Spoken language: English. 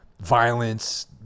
violence